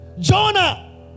Jonah